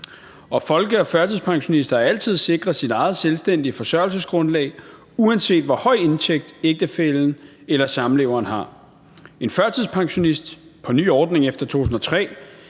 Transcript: folke- og førtidspensionister er altid sikret deres eget selvstændige forsørgelsesgrundlag, uanset hvor høj en indtægt ægtefællen eller samleveren har. En førtidspensionist på ny ordning efter 2003